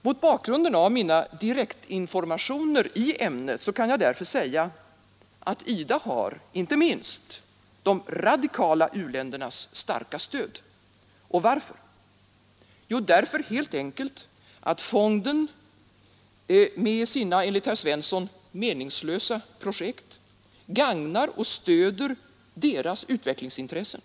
Mot bakgrunden av mina direktinformationer i ämnet kan jag därför säga att IDA har inte minst de radikala u-ländernas starka stöd. Varför? Jo, helt enkelt därför att fonden med sina enligt herr Svenssons uppfattning meningslösa projekt gagnar och stöder dessa länders utvecklingsintressen.